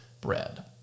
bread